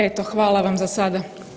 Eto, hvala vam za sada.